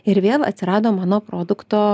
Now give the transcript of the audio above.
ir vėl atsirado mano produkto